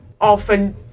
often